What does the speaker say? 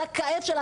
לכאב שלה,